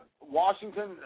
Washington